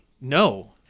no